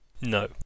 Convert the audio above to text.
No